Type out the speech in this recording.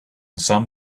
some